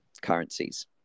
currencies